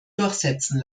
durchsetzen